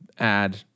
add